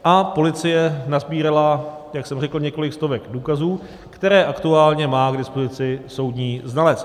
A policie nasbírala, jak jsem řekl, několik stovek důkazů, které aktuálně má k dispozici soudní znalec.